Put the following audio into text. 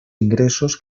ingressos